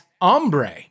Ombre